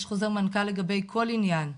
יש חוזר מנכ"ל לגבי כל עניין,